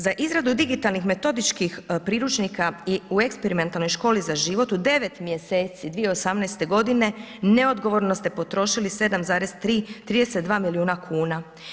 Za izradu digitalnih metodičkih priručnika i u eksperimentalnoj Školi za život u 9 mjeseci 2018. g. neodgovorno ste potrošili 7,3, 32 milijuna kuna.